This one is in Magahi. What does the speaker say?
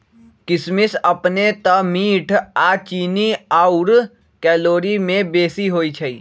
किशमिश अपने तऽ मीठ आऽ चीन्नी आउर कैलोरी में बेशी होइ छइ